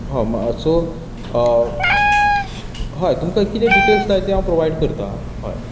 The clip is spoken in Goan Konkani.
मातसो हय तुमकां कितें डिटेल्स जाय ती हांव प्रोवायड करतां हय